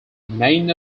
remained